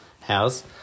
house